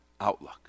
outlook